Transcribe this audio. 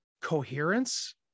coherence